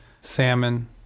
salmon